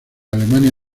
alemania